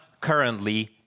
currently